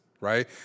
right